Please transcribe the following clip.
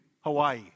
Hawaii